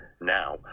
Now